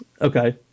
Okay